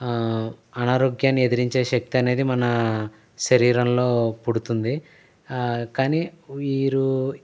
అనారోగ్యాన్ని ఎదిరించే శక్తి అనేది మన శరీరంలో పుడుతుంది కాని వీరు